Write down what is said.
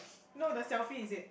no the selfie is it